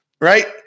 right